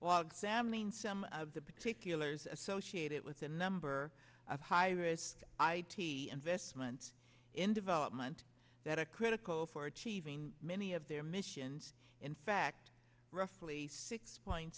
in some of the particulars associate it with a number of high risk i t investments in development that are critical for achieving many of their missions in fact roughly six point